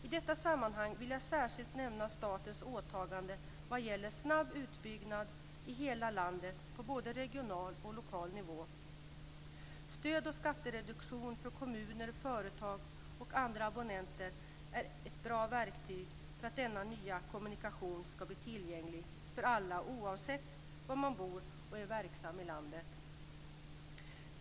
I detta sammanhang vill jag särskilt nämna statens åtaganden vad gäller en snabb utbyggnad i hela landet, både på regional och på lokal nivå. Stöd och skattereduktion för kommuner, företag och andra abonnenter är ett bra verktyg för att denna nya kommunikation ska bli tillgänglig för alla oavsett var man bor och är verksam i landet.